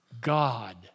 God